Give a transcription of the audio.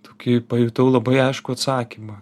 tokį pajutau labai aiškų atsakymą